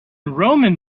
roman